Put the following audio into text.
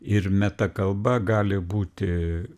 ir metakalba gali būti